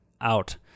out